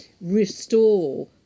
restore